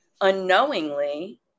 unknowingly